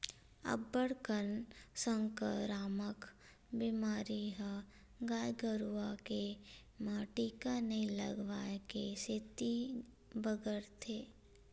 अब्बड़ कन संकरामक बेमारी ह गाय गरुवा के म टीका नइ लगवाए के सेती बगरथे